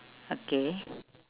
okay